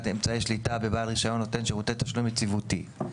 אמצעי שליטה בבעל רישיון נותן שירותי תשלום יציבותי.